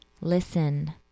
listen